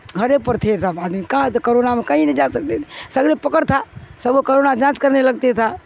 گھر ہی پر تھے سب آدمی کہاں تھے کرونا میں کہیں نہیں جا سکتے تھےسگڑے پکڑ تھا سب وہ کرونا جانچ کرنے لگتے تھا